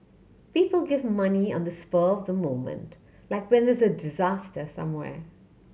people give money on the spur of the moment like when there's a disaster somewhere